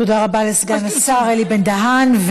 תודה רבה לסגן השר אלי בן-דהן.